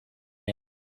end